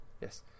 Yes